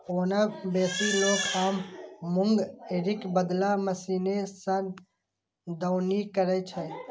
ओना बेसी लोक आब मूंगरीक बदला मशीने सं दौनी करै छै